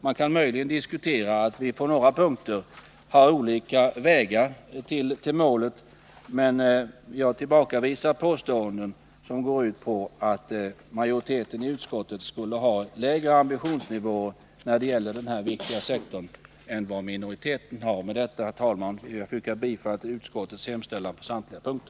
Man kan möjligen diskutera att vi på några punkter använder olika vägar för att nå målet, men jag tillbakavisar påståendet att utskottsmajoriteten skulle ha lägre ambitionsnivå än minoriteten när det gäller denna viktiga sektor. Med detta, herr talman, yrkar jag bifall till utskottets hemställan på samtliga punkter.